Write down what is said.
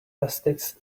elastics